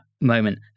moment